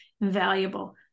valuable